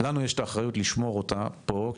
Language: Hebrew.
לנו יש את האחריות לשמור אותה פה.